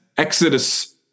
Exodus